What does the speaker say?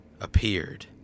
appeared